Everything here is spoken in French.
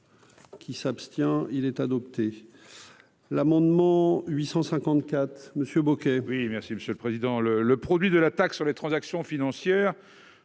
Qui s'abstient, il est adopté. L'amendement 854 monsieur beaucoup. Hé oui, merci Monsieur le Président, le le produit de la taxe sur les transactions financières